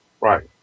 right